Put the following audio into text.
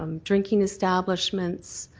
drinking establishments,